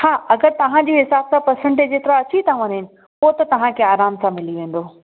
हा अगरि तव्हांजे हिसाब सां परसंटेज एतिरा अची वञनि पोइ तव्हांखे आराम सां मिली वेंदो